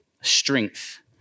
strength